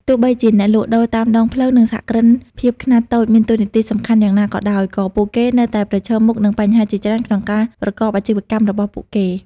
ទោះបីជាអ្នកលក់ដូរតាមដងផ្លូវ និងសហគ្រិនភាពខ្នាតតូចមានតួនាទីសំខាន់យ៉ាងណាក៏ដោយ ក៏ពួកគេនៅតែប្រឈមមុខនឹងបញ្ហាជាច្រើនក្នុងការប្រកបអាជីវកម្មរបស់ពួកគេ ។